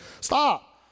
stop